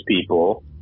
people